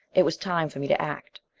it was time for me to act.